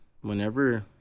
whenever